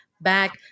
back